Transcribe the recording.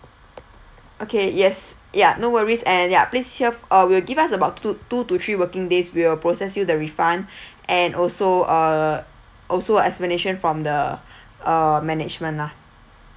okay yes ya no worries and ya please help uh will give us about two to three working days we will process you the refund and also uh also explanation from the uh management lah